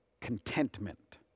contentment